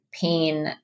pain